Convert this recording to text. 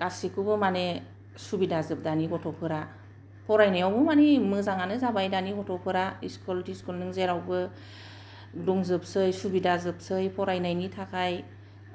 गासिखौबो माने सुबिदाजोब दानि गथ'फोरा फरायनायावबो मानि मोजांआनो जाबाय दानि गथ'फोरा स्कुल थिस्कुल नों जेरावबो दंजोबसै सुबिदाजोबसै नों फरायनायनि थाखाय